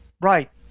Right